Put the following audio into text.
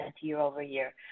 year-over-year